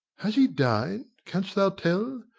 has he dined, canst thou tell?